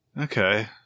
Okay